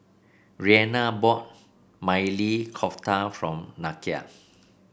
Reanna bought Maili Kofta from Nakia